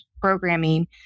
programming